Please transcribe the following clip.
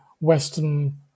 western